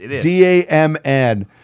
D-A-M-N